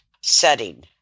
setting